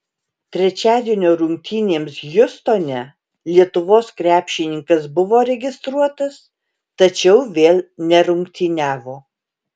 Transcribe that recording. trečiadienio rungtynėms hjustone lietuvos krepšininkas buvo registruotas tačiau vėl nerungtyniavo